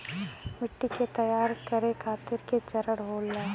मिट्टी के तैयार करें खातिर के चरण होला?